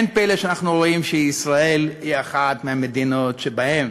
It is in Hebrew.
אין פלא שאנחנו רואים שישראל היא אחת מהמדינות שבהן